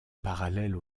parallèle